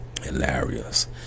Hilarious